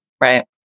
Right